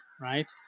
right